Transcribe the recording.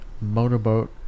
motorboat